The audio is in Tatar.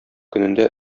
көнендә